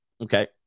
Okay